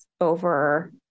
over